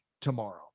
tomorrow